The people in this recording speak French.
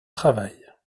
travail